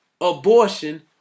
abortion